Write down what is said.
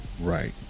Right